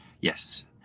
Yes